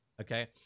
Okay